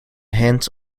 hands